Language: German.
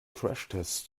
crashtest